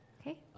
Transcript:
Okay